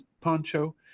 Poncho